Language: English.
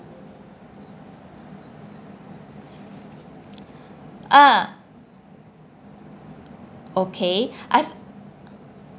ah okay I've